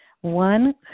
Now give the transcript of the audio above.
One